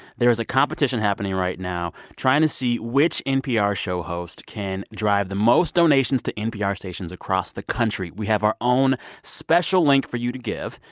there's a competition happening right now trying to see which npr show host can drive the most donations to npr stations across the country we have our own special link for you to give.